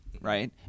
right